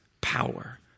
power